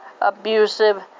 abusive